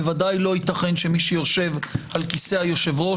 בוודאי לא ייתכן שמי שיושב על כיסא היושב-ראש